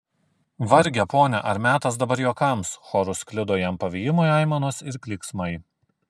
varge pone ar metas dabar juokams choru sklido jam pavymui aimanos ir klyksmai